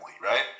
right